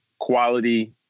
quality